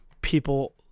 people